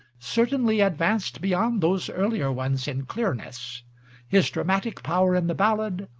certainly advanced beyond those earlier ones, in clearness his dramatic power in the ballad,